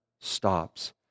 stops